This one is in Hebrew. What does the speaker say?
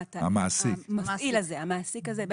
המעסיק הזה.